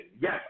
Yes